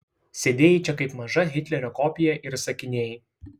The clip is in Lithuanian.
sėdėjai čia kaip maža hitlerio kopija ir įsakinėjai